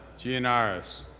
gianaris,